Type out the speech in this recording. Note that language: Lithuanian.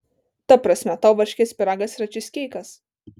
ta prasme tau varškės pyragas yra čyzkeikas